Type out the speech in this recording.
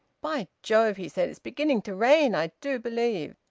by jove! he said. it's beginning to rain, i do believe.